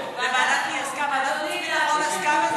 ועדת החוץ והביטחון.